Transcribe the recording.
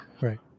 Right